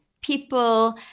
people